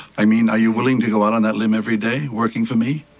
i mean are you wi lling to go out on that limb every day, working for me,